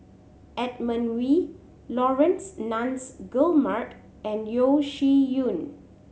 Edmund Wee Laurence Nunns Guillemard and Yeo Shih Yun